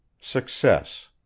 Success